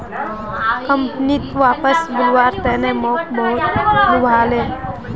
कंपनीत वापस बुलव्वार तने मोक बहुत लुभाले